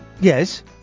Yes